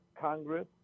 Congress